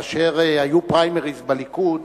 כאשר היו פריימריס בליכוד,